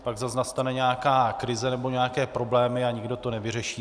Pak zase nastane nějaká krize nebo nějaké problémy a nikdo to nevyřeší.